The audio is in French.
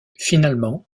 finalement